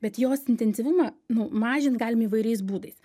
bet jos intensyvumą mažint galim įvairiais būdais